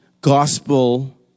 gospel